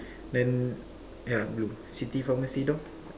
then yeah blue city pharmacy door